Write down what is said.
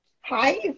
hi